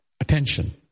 attention